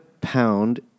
Pound